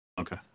Okay